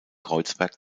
kreuzberg